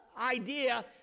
idea